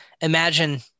imagine